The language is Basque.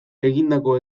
egindako